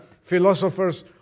philosophers